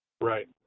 Right